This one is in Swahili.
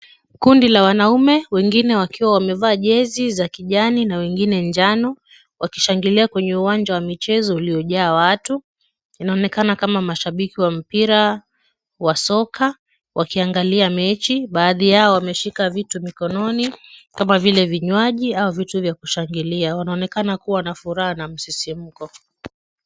Kundi la wanaume, wengine wakiwa wamevaa jezi za kijani na wengine njano, wakishangilia kwenye uwanja wa mchezo uliojaa watu. Inaonekana kama mashabiki wa mpira wa soka, wakiangalia mechi. Baadhi yao wameshika vitu mikononi, kama vile vinywaji au vitu vya kushangilia. Wanaonekana kuwa na furaha na msisimuko.